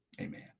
amen